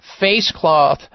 Facecloth